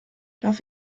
darf